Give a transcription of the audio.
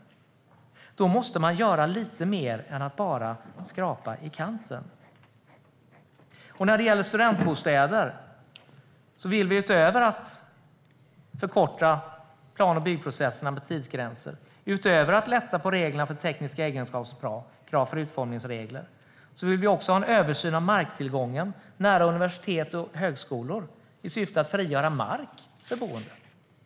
Då måste man göra lite mer än att bara skrapa i kanten. När det gäller studentbostäder vill vi, utöver att förkorta plan och byggprocesserna med tidsgränser och utöver att lätta på reglerna för tekniska egenskapskrav för utformningsregler, ha en översyn av marktillgången nära universitet och högskolor i syfte att frigöra mark för boende.